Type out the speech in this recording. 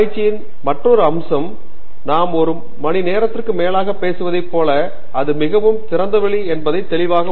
ஆராய்ச்சியின் மற்றொரு அம்சம் நாம் ஒரு மணி நேரத்திற்கு மேலாக பேசுவதை போல அது மிகவும் திறந்தவெளி என்பது தெளிவாக உள்ளது